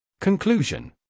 Conclusion